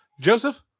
Joseph